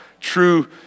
true